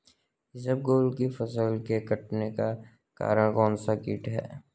इसबगोल की फसल के कटने का कारण कौनसा कीट है?